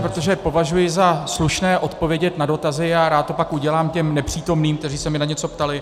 Protože považuji za slušné odpovědět na dotazy, rád to tak udělám těm nepřítomným, kteří se mě na něco ptali.